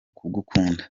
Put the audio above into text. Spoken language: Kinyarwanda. kugukunda